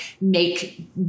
make